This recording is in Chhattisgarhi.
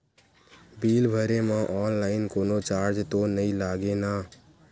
बिल भरे मा ऑनलाइन कोनो चार्ज तो नई लागे ना?